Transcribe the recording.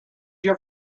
your